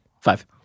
five